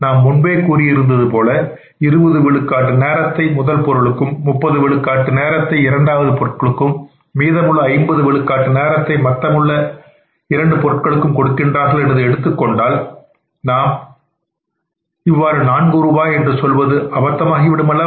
நாம் முன்பே கூறியிருந்தது போல 20 விழுக்காடு நேரத்தை முதல் பொருளுக்கும் 30 விழுக்காடு நேரத்தை இரண்டாவது பொருட்களும் மீதமுள்ள 50 விழுக்காட்டு நேரத்தை மற்ற இரண்டு பொருட்களுக்கும் கொடுக்கின்றார்கள் என்று எடுத்துக் கொண்டால் நாம் இவ்வாறு நான்கு ரூபாய் என்று சொல்வது அபத்தமானது ஆகிவிடும் அல்லவா